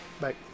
Bye